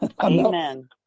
Amen